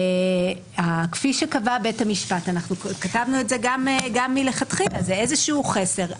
לגבי "כפי שקבע בית המשפט" אנחנו כתבנו מלכתחילה שזה איזשהו חסר.